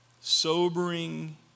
sobering